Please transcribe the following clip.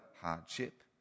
hardship